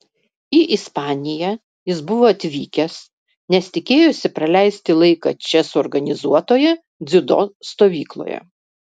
į ispaniją jis buvo atvykęs nes tikėjosi praleisti laiką čia suorganizuotoje dziudo stovykloje